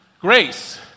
Grace